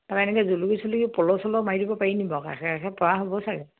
তাৰ পৰা এনেকে জুলুকি চুলকি পলহ চলহ মাৰি দিব পাৰি নিব পাৰি নেকি বাৰু কাষে কাষে পৰা হ'ব চাগে